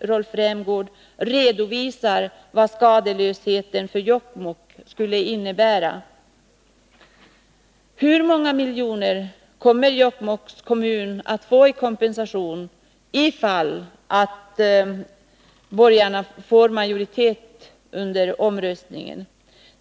Rolf Rämgård redovisar vad skadeslösheten skulle innebära för Jokkmokk. Hur många miljoner kommer Jokkmokks kommun att få i kompensation, om borgarna får majoritet i omröstningen?